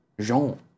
Jean